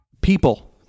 People